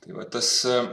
tai va tas